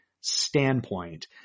standpoint